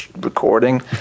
recording